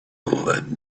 lead